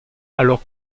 alors